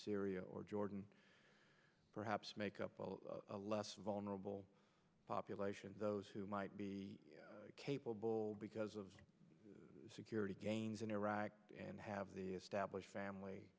syria or jordan perhaps make up a less vulnerable population those who might be capable because of security gains in iraq and have the established family